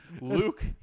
Luke